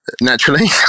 naturally